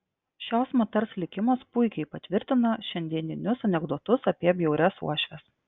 šios moters likimas puikiai patvirtina šiandieninius anekdotus apie bjaurias uošves